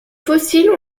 fossiles